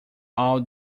all